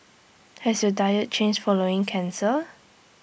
has your diet changed following cancer